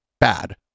bad